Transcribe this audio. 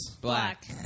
Black